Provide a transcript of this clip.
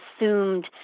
assumed